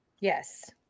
yes